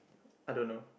I don't know